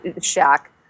shack